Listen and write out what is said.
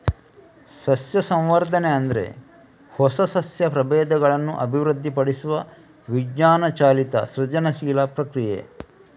ಸಸ್ಯ ಸಂವರ್ಧನೆ ಅಂದ್ರೆ ಹೊಸ ಸಸ್ಯ ಪ್ರಭೇದಗಳನ್ನ ಅಭಿವೃದ್ಧಿಪಡಿಸುವ ವಿಜ್ಞಾನ ಚಾಲಿತ ಸೃಜನಶೀಲ ಪ್ರಕ್ರಿಯೆ